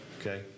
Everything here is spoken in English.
Okay